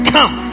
Come